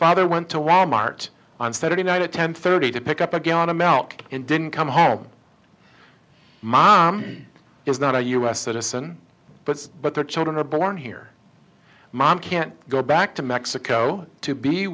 father went to wal mart on saturday night at ten thirty to pick up again him out and didn't come home mom is not a us citizen but but the children are born here mom can't go back to mexico to be